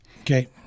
Okay